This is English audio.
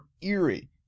eerie